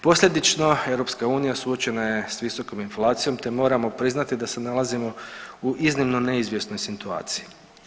Posljedično EU suočena je visokom inflacijom te moramo priznati da se nalazimo u iznimno neizvjesnoj situaciji.